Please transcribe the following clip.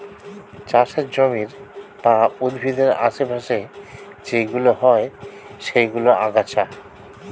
চাষের জমির বা উদ্ভিদের আশে পাশে যেইগুলো হয় সেইগুলো আগাছা